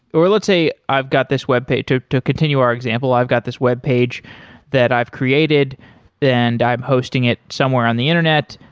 or let's say i've got this webpage. to to continue our example, i've got this webpage that i've created and i'm hosting it somewhere on the internet,